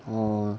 oh